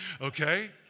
Okay